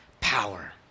Power